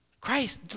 Christ